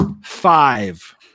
five